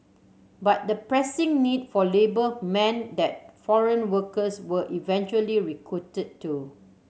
but the pressing need for labour man that foreign workers were eventually recruited too